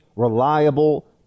reliable